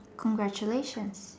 congratulations